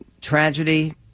Tragedy